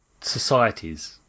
societies